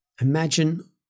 imagine